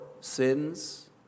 sins